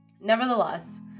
nevertheless